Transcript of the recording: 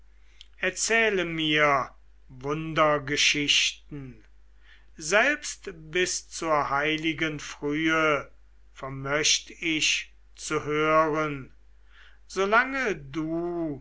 erzähle mir wundergeschichten selbst bis zur heiligen frühe vermöcht ich zu hören so lange du